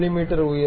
me உயரம்